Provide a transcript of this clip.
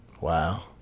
wow